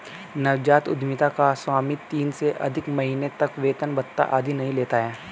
नवजात उधमिता का स्वामी तीन से अधिक महीने तक वेतन भत्ता आदि नहीं लेता है